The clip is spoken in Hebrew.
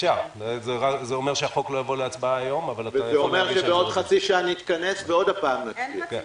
בעד הסתייגות לחלופין 5ו' של קבוצת הרשימה המשותפת וקבוצת מרצ,